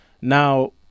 Now